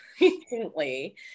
recently